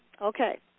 okay